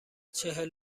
چهل